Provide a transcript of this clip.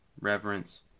reverence